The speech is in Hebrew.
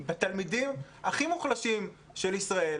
בתלמידים הכי מוחלשים של מדינת ישראל,